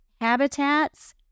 habitats